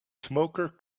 smoker